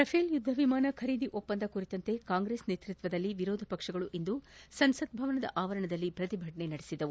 Rafale ಯುದ್ಧವಿಮಾನ ಖರೀದಿ ಒಪ್ಪಂದ ಕುರಿತಂತೆ ಕಾಂಗ್ರೆಸ್ ನೇತೃಕ್ವದಲ್ಲಿ ವಿರೋಧ ಪಕ್ಷಗಳು ಇಂದು ಸಂಸತ್ ಭವನದ ಆವರಣದಲ್ಲಿ ಪ್ರತಿಭಟನೆ ನಡೆಸಿದವು